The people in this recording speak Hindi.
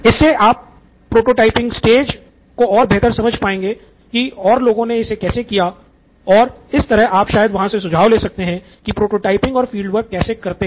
इससे आप प्रोटोटाइपइंग स्टेज को और बेहतर समझ पाएंगे कि और लोगों ने इसे कैसे किया है और इस तरह आप शायद वहां से सुझाव ले सकते हैं कि प्रोटोटाइपइंग और फील्ड वर्क कैसे करते हैं